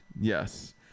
Yes